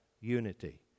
unity